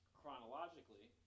chronologically